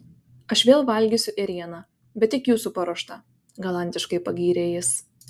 aš vėl valgysiu ėrieną bet tik jūsų paruoštą galantiškai pagyrė jis